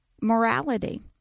morality